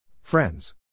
Friends